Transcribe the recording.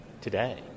today